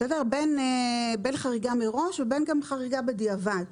בין חריגה מראש ובין חריגה בדיעבד,